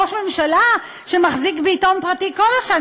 ראש ממשלה שמחזיק בעיתון פרטי כל השנה,